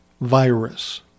virus